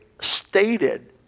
stated